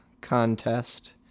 Contest